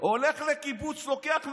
הולך לקיבוץ, לוקח נגמ"ש.